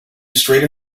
straight